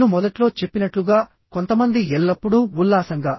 నేను మొదట్లో చెప్పినట్లుగా కొంతమంది ఎల్లప్పుడూ ఉల్లాసంగా